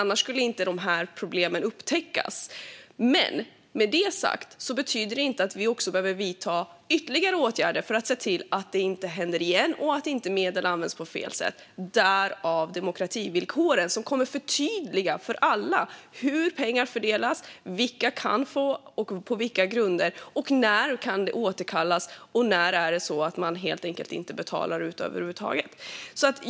Annars skulle de här problemen inte upptäckas. Det betyder dock inte att vi inte också behöver vidta ytterligare åtgärder för att se till att det inte händer igen och för att medel inte ska användas på fel sätt. Därför har vi demokrativillkoren, som kommer att förtydliga för alla hur pengar fördelas, vilka som kan få pengar och på vilka grunder, när pengarna kan återkallas och när man helt enkelt inte betalar ut över huvud taget.